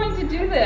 to do this?